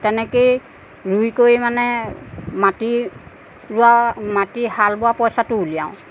তেনেকেই ৰুই কৰি মানে মাটিৰ ৰোৱা মাটিৰ হাল বোৱা পইচাটো উলিয়াওঁ